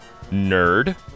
nerd